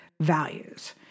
values